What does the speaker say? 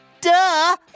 Duh